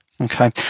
okay